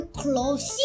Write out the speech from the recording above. close